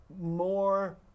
more